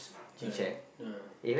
correct ya